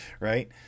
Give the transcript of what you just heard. right